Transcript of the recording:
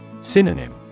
Synonym